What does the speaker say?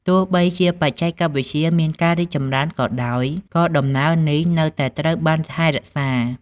ទោះបីជាបច្ចេកវិទ្យាមានការរីកចម្រើនក៏ដោយ ក៏ដំណើរនេះនៅតែត្រូវបានថែរក្សា។